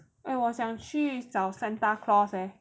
eh 我想去找 Santa Claus leh